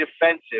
defensive